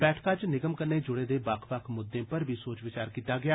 बैठका च निगम कन्नै जुड़े दे बक्ख बक्ख मुद्दे पर बी सोच विचार कीता गेआ